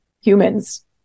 humans